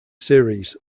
series